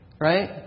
right